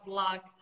luck